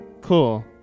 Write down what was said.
cool